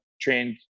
trained